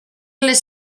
les